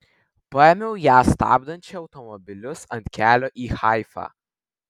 paėmiau ją stabdančią automobilius ant kelio į haifą